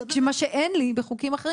מה שאין לי בחוקים אחרים,